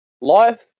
life